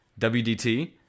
WDT